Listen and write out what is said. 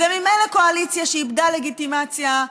זו ממילא קואליציה שאיבדה לגיטימציה,